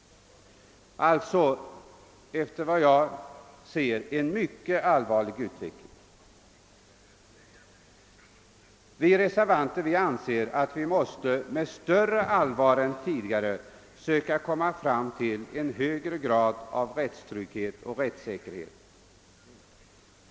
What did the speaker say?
Jag anser detta vara en mycket allvarlig utveckling. Vi reservanter anser att man med större allvar än tidigare bör försöka åstadkomma en högre grad av rättstrygghet och rättssäkerhet.